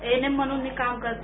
NM म्हणून मी काम करते